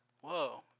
Whoa